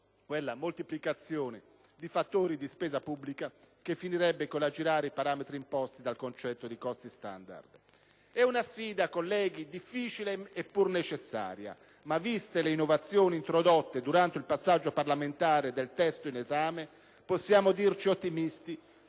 quella moltiplicazione di fattori di spesa pubblica che finirebbe per aggirare i parametri imposti dal concetto di costi standard. È una sfida, colleghi, difficile e pur necessaria, ma viste le innovazioni introdotte durante il passaggio parlamentare del testo in esame possiamo dirci ottimisti